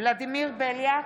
ולדימיר בליאק,